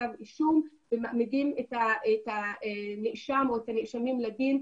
כתב אישום ומעמידים את הנאשם או את הנאשמים לדין,